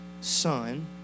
son